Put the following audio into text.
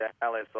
Dallas